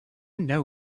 know